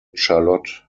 charlotte